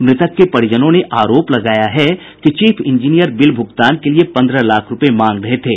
मृतक के परिजनों ने आरोप लगाया है कि चीफ इंजीनियर बिल भुगतान के लिए पन्द्रह लाख रूपये मांग रहे थे